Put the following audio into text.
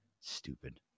stupid